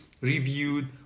reviewed